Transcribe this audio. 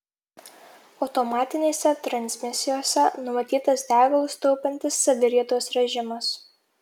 automatinėse transmisijose numatytas degalus taupantis saviriedos režimas